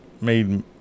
made